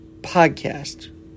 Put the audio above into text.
podcast